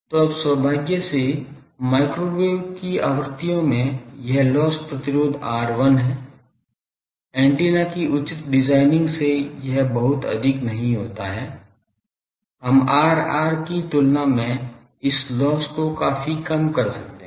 तो अब सौभाग्य से माइक्रोवेव की आवृत्तियों में यह लॉस प्रतिरोध Rl है एंटीना की उचित डिजाइनिंग से यह बहुत अधिक नहीं होता है हम Rr की तुलना में इस लॉस को काफी कम कर सकते हैं